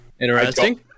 interesting